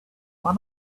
why